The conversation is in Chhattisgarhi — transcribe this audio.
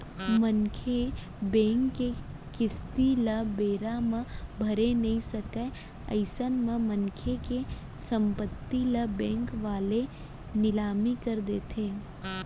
मनसे बेंक के किस्ती ल बेरा म भरे नइ सकय अइसन म मनसे के संपत्ति ल बेंक वाले लिलामी कर देथे